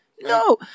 No